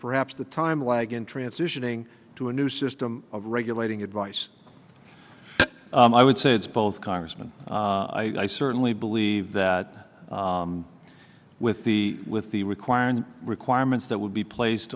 perhaps the time lag in transitioning to a new system of regulating advice i would say it's both congressman i certainly believe that with the with the requirement requirements that would be placed